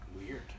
Weird